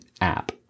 app